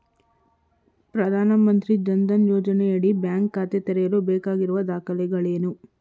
ಪ್ರಧಾನಮಂತ್ರಿ ಜನ್ ಧನ್ ಯೋಜನೆಯಡಿ ಬ್ಯಾಂಕ್ ಖಾತೆ ತೆರೆಯಲು ಬೇಕಾಗಿರುವ ದಾಖಲೆಗಳೇನು?